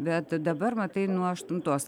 bet dabar matai nuo aštuntos